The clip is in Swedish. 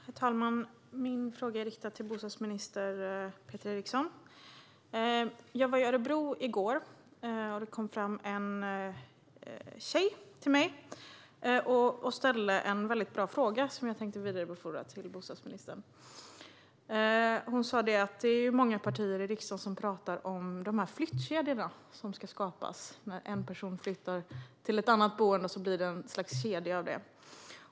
Herr talman! Min fråga är riktad till bostadsminister Peter Eriksson. Jag var i Örebro i går, och en tjej kom fram till mig och ställde en väldigt bra fråga som jag tänkte vidarebefordra till bostadsministern. Hon sa att det är många partier i riksdagen som pratar om flyttkedjorna som ska skapas när en person flyttar till ett annat boende och det blir en sorts kedja av det.